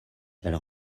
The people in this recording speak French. elle